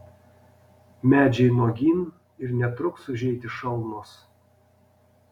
medžiai nuogyn ir netruks užeiti šalnos